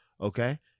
Okay